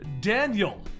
daniel